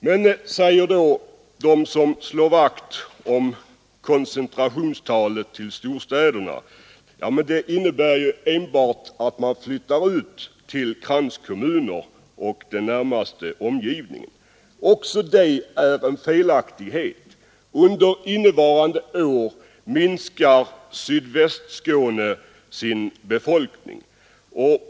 Men, säger då de som håller fast vid talet om koncentrationen till storstäderna, det innebär ju enbart att man flyttar ut till kranskommuner och till stadens närmaste omgivningar. Också det är en felaktig syn. Befolkningen i Sydvästskåne minskar under innevarande år.